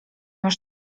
masz